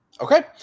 Okay